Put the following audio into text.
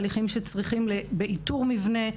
הליכים שצריכים איתור מבנה,